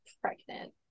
pregnant